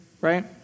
right